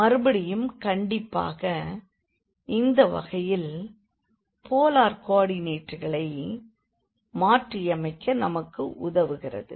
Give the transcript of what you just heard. மறுபடியும் கண்டிப்பாக இந்த வகையில் போலார் கோ ஆர்டினேட்டுகளை மாற்றியமைக்க நமக்கு உதவுகிறது